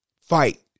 Fight